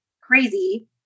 crazy